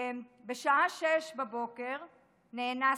בשעה 06:00 נאנסתי.